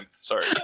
Sorry